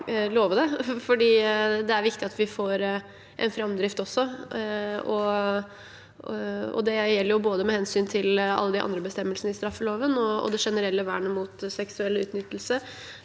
det er viktig at vi også får en framdrift. Det gjelder både med hensyn til alle de andre bestemmelsene i straffeloven og med hensyn til det generelle vernet mot seksuell utnyttelse